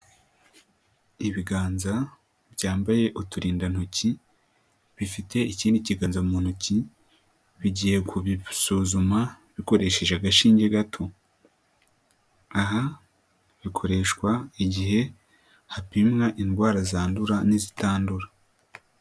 Ibiganza byambaye uturindantoki bifite ikindi kiganza mu ntoki bigiye kubisuzuma bikoresheje agashinge gato, aha bikoreshwa igihe hapimwa indwara zandura n'izitandura.